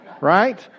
Right